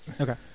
Okay